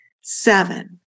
seven